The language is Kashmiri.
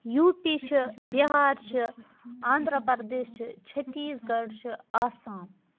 یوٗ پی چھُ بِہار چھِ آندھرا پردیش چھِ چھتیٖس گڑھ چھ آسام